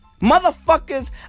Motherfuckers